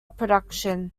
production